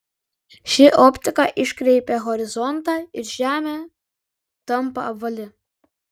ši optika iškreipia horizontą ir žemė tampa apvali